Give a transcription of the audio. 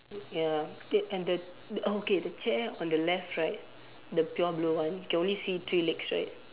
ya wait and the okay the chair on the left right the pure blue one can only see three legs right